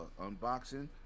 unboxing